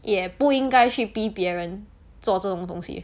也不应该去逼别人做这种东西